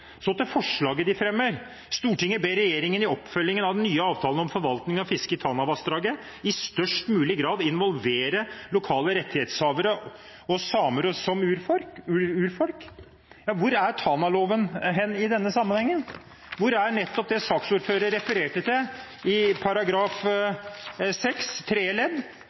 Så til forslaget de fremmer: «Stortinget ber regjeringen i oppfølgingen av den nye avtalen om forvaltning av fisket i Tanavassdraget i størst mulig grad involvere lokale rettighetshavere og samer som urfolk.» Hvor er Tanaloven i denne sammenhengen? Hvor er nettopp det saksordføreren refererte til i § 6 tredje ledd,